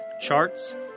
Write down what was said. charts